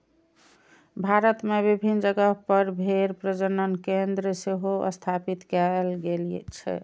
भारत मे विभिन्न जगह पर भेड़ प्रजनन केंद्र सेहो स्थापित कैल गेल छै